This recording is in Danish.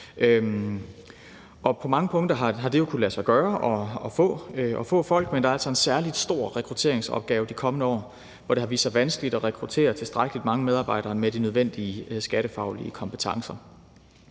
på mange punkter har det jo kunnet lade sig gøre at få folk, men der er altså en særlig stor rekrutteringsopgave de kommende år, hvor det har vist sig vanskeligt at rekruttere tilstrækkelig mange medarbejdere med de nødvendige skattefaglige kompetencer.